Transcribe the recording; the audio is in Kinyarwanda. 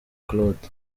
claude